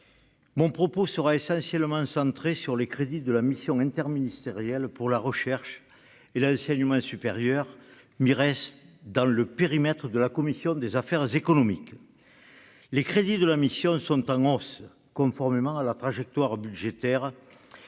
mon propos sera essentiellement centré sur les crédits de la mission interministérielle pour la recherche et l'enseignement supérieur (Mires) entrant dans le périmètre de la commission des affaires économiques. Les crédits de la mission sont en hausse, conformément à la trajectoire budgétaire